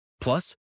Plus